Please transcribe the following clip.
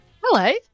Hello